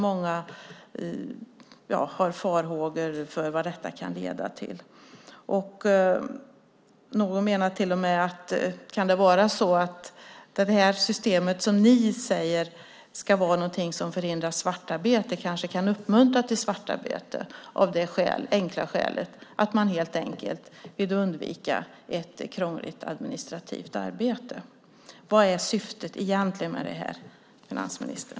Många har farhågor för vad detta kan leda till. Någon menar till och med att detta system som ni säger ska vara någonting som förhindrar svartarbete kanske kan uppmuntra till svartarbete. Det är av det enkla skälet att man helt enkelt vill undvika ett krångligt administrativt arbete. Vad är egentligen syftet med detta, finansministern?